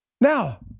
Now